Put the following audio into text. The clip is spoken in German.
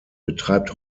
betreibt